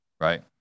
right